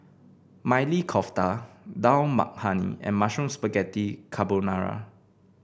Maili Kofta Dal Makhani and Mushroom Spaghetti Carbonara